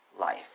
life